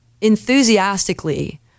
enthusiastically